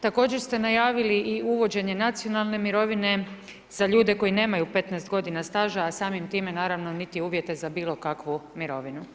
Također ste najavili i u vođenje nacionalne mirovine, za ljude koji nemaju 15 g. staža, a samim time, naravno niti uvjete za bilo kakvu mirovinu.